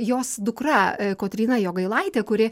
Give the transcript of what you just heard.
jos dukra kotryna jogailaitė kuri